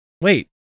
Wait